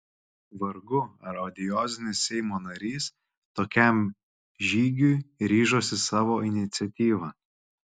vargu ar odiozinis seimo narys tokiam žygiui ryžosi savo iniciatyva